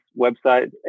website